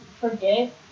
forget